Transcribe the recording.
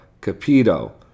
Capito